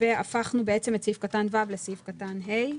והפכנו בעצם את סעיף קטן (ו) לסעיף קטן (ה).